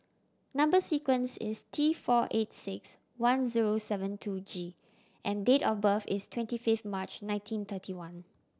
number sequence is T four eight six one zero seven two G and date of birth is twenty fifth March nineteen thirty one